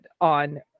on